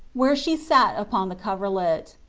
where she sat upon the coverlet.